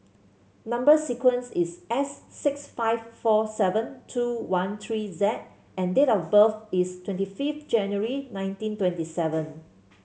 number sequence is S six five four seven two one three Z and date of birth is twenty fifth January nineteen twenty seven